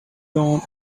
yarn